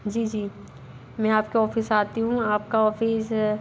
जी जी मे आप के ओफिस आती हूँ आप का